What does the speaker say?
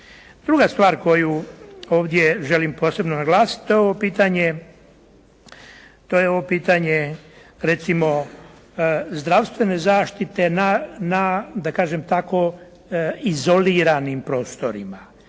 Druga stvar koju ovdje želim posebno naglasiti, to je ovo pitanje recimo zdravstvene zaštite na da kažem tako izoliranim prostorima.